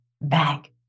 back